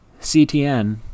CTN